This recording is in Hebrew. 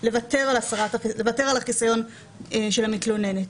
לוותר על החיסיון של המתלוננת,